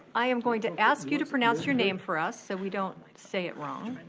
i am going to ask you to pronounce your name for us so we don't say it wrong.